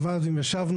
עם הוועד ישבנו.